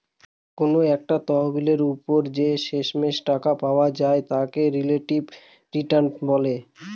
কোনো একটা তহবিলের ওপর যে শেষমেষ টাকা পাওয়া যায় তাকে রিলেটিভ রিটার্ন বলে